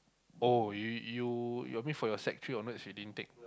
oh you you your mean for your sec three onwards you didn't take